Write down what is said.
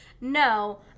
no